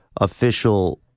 official